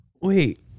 Wait